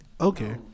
Okay